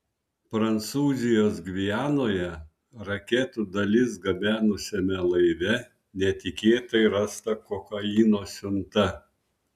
prancūzijos gvianoje raketų dalis gabenusiame laive netikėtai rasta kokaino siunta